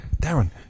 Darren